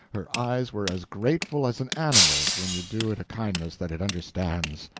her eyes were as grateful as an animal's, when you do it a kindness that it understands.